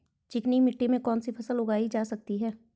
चिकनी मिट्टी में कौन सी फसल उगाई जा सकती है?